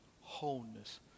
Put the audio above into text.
wholeness